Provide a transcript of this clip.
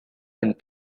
and